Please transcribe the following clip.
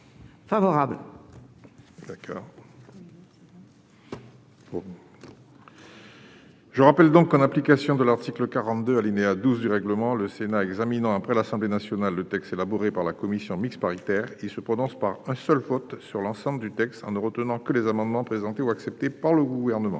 le projet de loi. Je rappelle que, en application de l'article 42, alinéa 12, du règlement, le Sénat examinant après l'Assemblée nationale le texte élaboré par la commission mixte paritaire, il se prononce par un seul vote sur l'ensemble du texte en ne retenant que les amendements présentés ou acceptés par le Gouvernement.